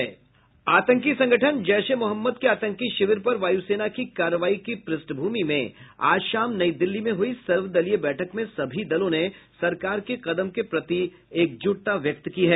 आतंकी संगठन जैश ए मोहम्मद के आतंकी शिविर पर वायू सेना की कार्रवाई की प्रष्ठभूमि में आज शाम नई दिल्ली में हुई सर्वदलीय बैठक में सभी दलों ने सरकार के कदम के प्रति एकजुटता व्यक्त की है